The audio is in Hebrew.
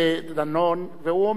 והוא אומר לו,